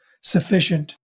sufficient